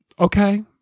Okay